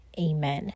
amen